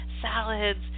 salads